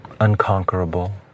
unconquerable